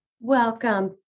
Welcome